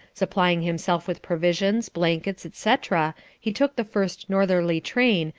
supplying himself with provisions, blankets, etc, he took the first northerly train,